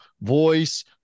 voice